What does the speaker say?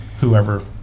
whoever